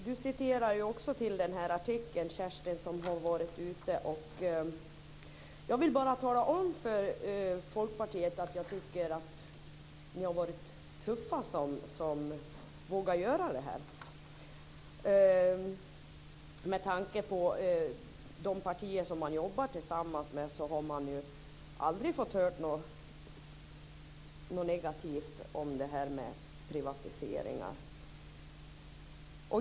Herr talman! Kerstin Heinemann refererar också till den här artikeln. Jag vill bara tala om för Folkpartiet att jag tycker att ni har varit tuffa som vågat göra det här. Med tanke på de partier man jobbar tillsammans med har man aldrig låtit höra något negativt om det här med privatiseringar.